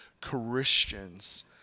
Christians